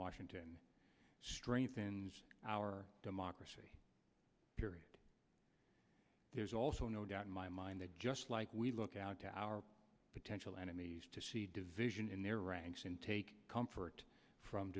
washington strengthens our democracy period there's also no doubt in my mind that just like we look out to our potential enemies to see division in their ranks and take comfort from